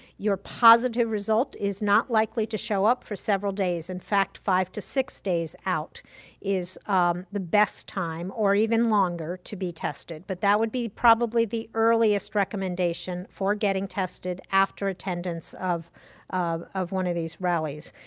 your positive result is not likely to show up for several days. in fact, five to six days out is the best time or even longer to be tested. but that would be probably the earliest recommendation for getting tested after attendance of um of one of these rallies.